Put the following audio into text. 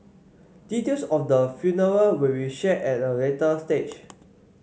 details of the funeral will be shared at a later stage